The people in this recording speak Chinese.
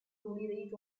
努力